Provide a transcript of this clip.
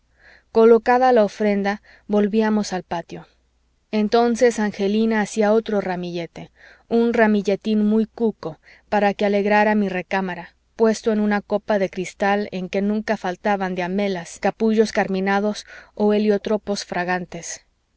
colocada la ofrenda volvíamos al patio entonces angelina hacía otro ramillete un ramilletín muy cuco para que alegrara mi recámara puesto en una copa de cristal en que nunca faltaban diamelas capullos carminados o heliotropos fragantes